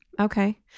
Okay